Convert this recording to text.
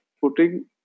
putting